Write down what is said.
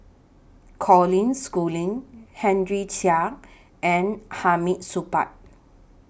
Colin Schooling Henry Chia and Hamid Supaat